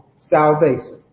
salvation